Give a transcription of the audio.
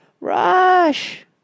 Rush